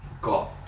got